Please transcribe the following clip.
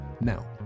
Now